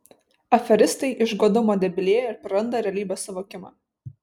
aferistai iš godumo debilėja ir praranda realybės suvokimą